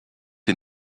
est